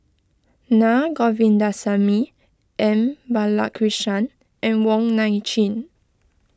Naa Govindasamy M Balakrishnan and Wong Nai Chin